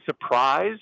surprised